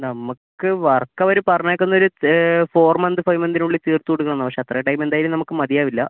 നമുക്ക് വർക്ക് അവർ പറഞ്ഞിരിക്കുന്നതൊരു ഫോർ മന്ത് ഫൈവ് മന്തിനുള്ളിൽ തീർത്ത് കൊടുക്കണമെന്നാണ് പക്ഷേ അത്ര ടൈം എന്തായാലും നമുക്ക് മതിയാവില്ല